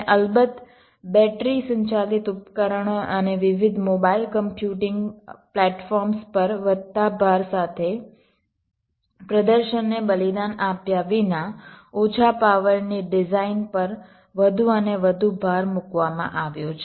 અને અલબત્ત બેટરી સંચાલિત ઉપકરણો અને વિવિધ મોબાઇલ કમ્પ્યુટિંગ પ્લેટફોર્મ્સ પર વધતા ભાર સાથે પ્રદર્શનને બલિદાન આપ્યા વિના ઓછા પાવરની ડિઝાઇન પર વધુ અને વધુ ભાર મૂકવામાં આવ્યો છે